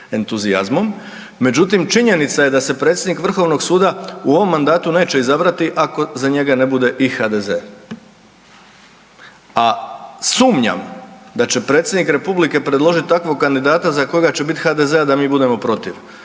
međutim, činjenica je da se predsjednik Vrhovnog suda u ovom mandatu neće izabrati ako za njega ne bude i HDZ. A sumnjam da će predsjednik Republike predložiti takvog kandidata za kojega će biti HDZ a da mi budemo protiv.